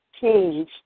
change